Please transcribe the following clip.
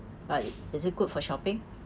but is it good for shopping